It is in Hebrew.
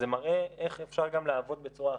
זה מראה איך אפשר גם לעבוד בצורה אחרת,